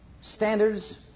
standards